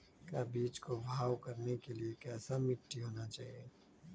का बीज को भाव करने के लिए कैसा मिट्टी होना चाहिए?